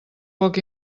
poc